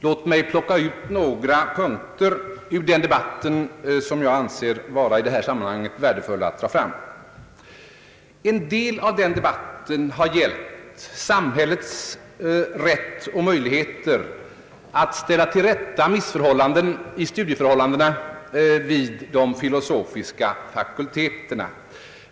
Låt mig plocka ut några avsnitt ur den debatten som jag anser värdefulla att dra fram i detta sammanhang. Debatten har till viss del gällt samhällets rätt och möjligheter att rätta till missförhållanden i studieförhållandena vid de filosofiska fakulteterna.